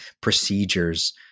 procedures